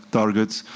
targets